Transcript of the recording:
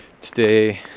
today